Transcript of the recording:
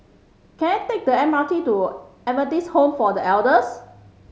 can I take the M R T to M R T's Home for The Elders